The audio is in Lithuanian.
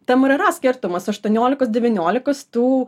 tam ir yra skirtumas aštuoniolikos devyniolikos tų